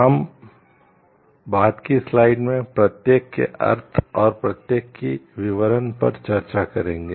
हम बाद की स्लाइड्स में प्रत्येक के अर्थ और प्रत्येक के विवरण पर चर्चा करेंगे